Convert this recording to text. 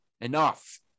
Enough